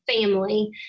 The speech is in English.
family